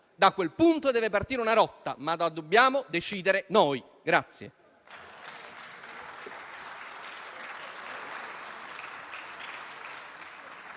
da quel punto deve partire una rotta ma la dobbiamo decidere noi.